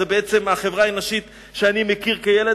זאת בעצם החברה האנושית שאני מכיר כילד.